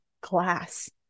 glass